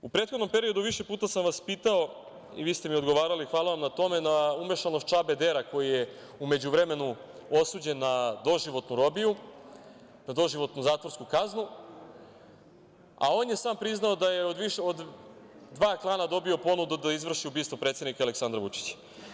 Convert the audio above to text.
U prethodnom periodu više puta sam vas pitao i vi ste mi odgovarali, hvala vam na tome, na umešanost Čabe Dera, koji je u međuvremenu osuđen na doživotnu robiju, na doživotnu zatvorsku kaznu, a on je sam priznao da je od više od dva klana dobio ponudu da izvrši ubistvo predsednika Aleksandra Vučića.